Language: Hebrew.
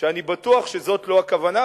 שאני בטוח שזאת לא הכוונה,